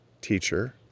teacher